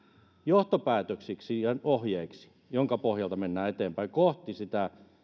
johtopäätöksiksi ja ohjeiksi joiden pohjalta mennään eteenpäin kohti